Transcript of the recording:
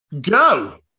go